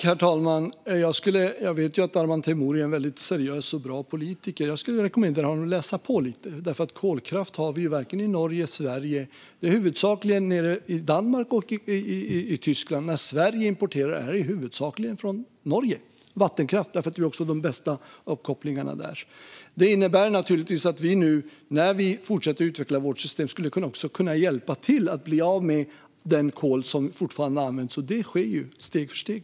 Herr talman! Jag vet att Arman Teimouri är en väldigt seriös och bra politiker. Jag skulle vilja rekommendera honom att läsa på lite. Kolkraft finns varken i Norge eller i Sverige. Den finns huvudsakligen i Danmark och i Tyskland. När Sverige importerar är det huvudsakligen vattenkraft från Norge, för vi har också de bästa uppkopplingarna där. Detta innebär naturligtvis att vi, när vi fortsätter att utveckla vårt system, också skulle kunna hjälpa till med att få bort den kolkraft som fortfarande används, och det sker steg för steg.